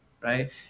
Right